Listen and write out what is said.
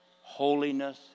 holiness